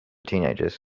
teenagers